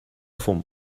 fum